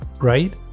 Right